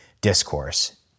discourse